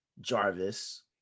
Jarvis